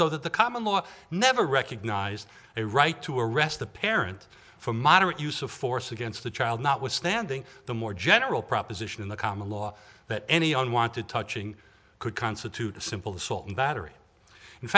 so that the common law never recognized a right to arrest the parent for moderate use of force against the child notwithstanding the more general proposition in the common law that any unwanted touching could constitute a simple assault and battery in